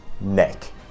neck